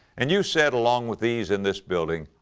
and you said along with these in this building,